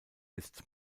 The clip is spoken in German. ist